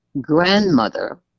grandmother